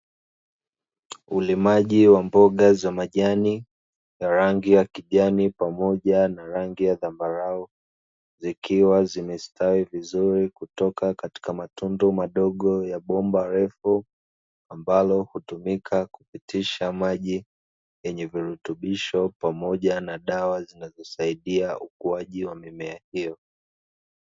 Ulimaji wa mboga za majani za rangi ya kijani pamoja na rangi ya zambarau, zikiwa zimestawi vizuri kutoka katika matundu madogo ya bomba refu, ambalo hutumika kupitisha maji yenye virutubisho pamoja na dawa zinazosaidia ukuaji wa mimea hiyo.